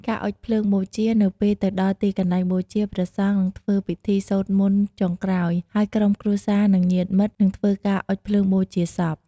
ការអុជភ្លើងបូជា នៅពេលទៅដល់ទីកន្លែងបូជា ព្រះសង្ឃនឹងធ្វើពិធីសូត្រមន្តចុងក្រោយ ហើយក្រុមគ្រួសារ និងញាតិមិត្តនឹងធ្វើការអុជភ្លើងបូជាសព។